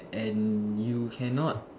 and you cannot